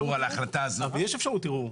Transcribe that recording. יש אפשרות ערעור.